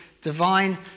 divine